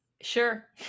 Sure